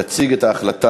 מ/771, עברה.